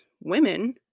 women